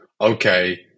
okay